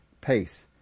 pace